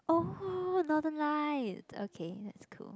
oh Northern Light okay that's cool